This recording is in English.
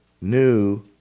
new